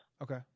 Okay